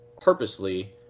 purposely